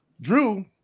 Drew